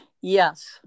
Yes